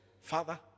Father